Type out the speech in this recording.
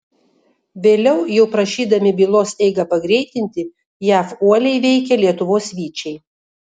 vėliau jau prašydami bylos eigą pagreitinti jav uoliai veikė lietuvos vyčiai